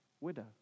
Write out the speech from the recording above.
widow